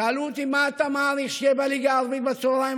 שאלו אותי: מה אתה מעריך שיהיה בליגה הערבית בצוהריים?